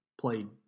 played